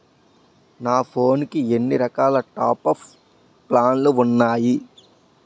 నా ఫోన్ కి ఎన్ని రకాల టాప్ అప్ ప్లాన్లు ఉన్నాయి?